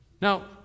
Now